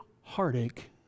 heartache